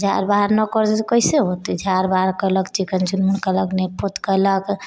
झाड़ बहार नहि करतै तऽ कइसे होतै झाड़ बहार केलक चिकन चुनमुन केलक नीप पोत केलक